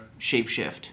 shapeshift